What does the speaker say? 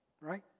right